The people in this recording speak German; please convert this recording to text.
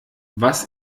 was